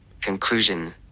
Conclusion